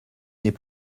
n’est